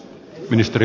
puhemies